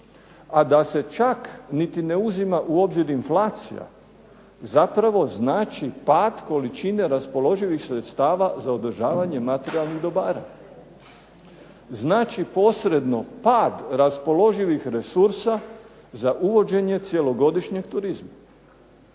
a da se čak niti ne uzima u obzir inflacija, zapravo znači pad količine raspoloživih sredstava za održavanje materijalnih dobra. Znači posredno pad raspoloživih resursa za uvođenje cjelogodišnjeg turizma.